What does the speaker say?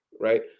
Right